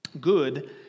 good